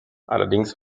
allerdings